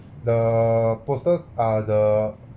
the postal ah the